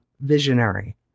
visionary